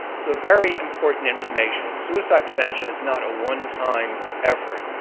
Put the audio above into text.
so very important information. suicide prevention is not a one-time effort,